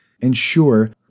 Ensure